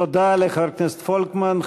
תודה לחבר הכנסת פולקמן.